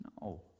No